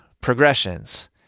progressions